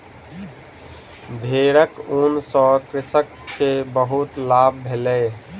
भेड़क ऊन सॅ कृषक के बहुत लाभ भेलै